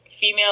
female